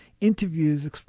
interviews